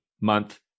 month